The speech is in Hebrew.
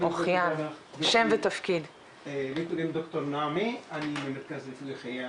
לי קוראים דוקטור נעמה, אני ממרכז רפואי חייאן.